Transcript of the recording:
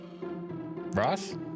Ross